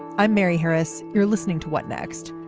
i'm mary harris. you're listening to what next.